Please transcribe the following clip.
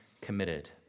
committed